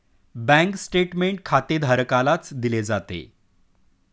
bank statement खातेधारकालाच दिले जाते